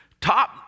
top